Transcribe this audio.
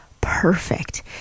perfect